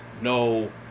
no